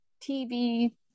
TV